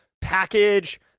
package